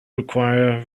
require